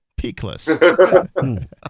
Peakless